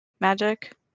magic